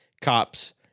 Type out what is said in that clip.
cops